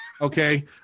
okay